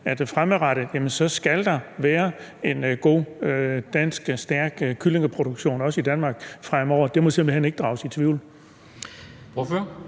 der fremadrettet skal være en god og stærk kyllingeproduktion også i Danmark. Det må simpelt hen ikke drages i tvivl.